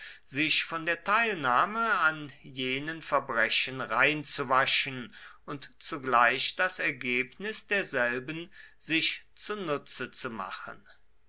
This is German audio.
sich von der teilnahme an jenen verbrechen reinzuwaschen und zugleich das ergebnis derselben sich zunutze zu machen